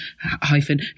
hyphen